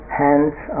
hands